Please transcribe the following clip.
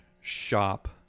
shop